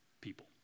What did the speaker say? people